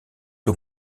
que